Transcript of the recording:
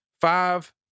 five